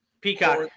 Peacock